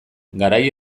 garai